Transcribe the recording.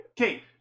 Okay